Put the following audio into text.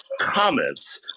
comments